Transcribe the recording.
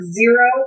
zero